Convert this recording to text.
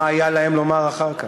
מה היה להם לומר אחר כך?